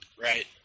right